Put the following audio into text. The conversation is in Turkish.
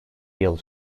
yıl